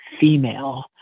female